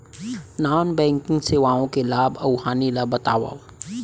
non banking सेवाओं के लाभ अऊ हानि ला बतावव